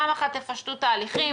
פעם אחת, תפשטו תהליכים.